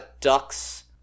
Ducks